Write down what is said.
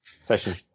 session